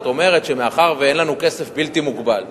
אומרת שמאחר שאין לנו כסף בלתי מוגבל,